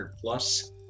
plus